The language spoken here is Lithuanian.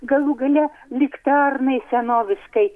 galų gale liktarnai senoviškai